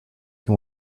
can